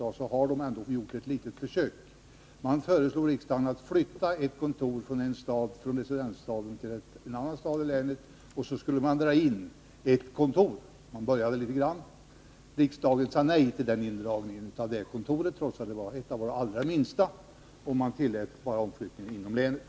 Bankofullmäktige gjorde ändå ett litet försök, när man föreslog riksdagen att flytta ett kontor från residensstaden till en annan stad i länet och att dra in ett kontor. Arbetet med detta påbörjades litet grand, men riksdagen sade nej till indragningen av kontoret, trots att det var ett av våra allra minsta, och tillät bara omflyttningen inom länet.